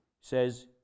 says